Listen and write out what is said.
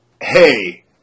hey